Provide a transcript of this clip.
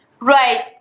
Right